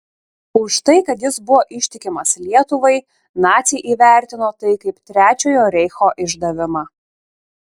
už tai kad jis buvo ištikimas lietuvai naciai įvertino tai kaip trečiojo reicho išdavimą